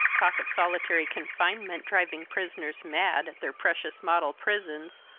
talk of solitary confinement driving prisoners mad, at their precious model prisons,